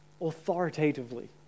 authoritatively